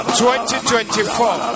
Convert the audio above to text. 2024